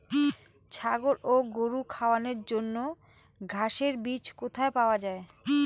ছাগল ও গরু খাওয়ানোর জন্য ঘাসের বীজ কোথায় পাওয়া যায়?